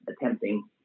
attempting